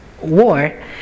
war